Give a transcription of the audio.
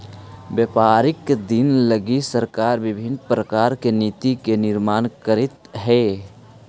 व्यापारिक दिन लगी सरकार विभिन्न प्रकार के नीति के निर्माण करीत हई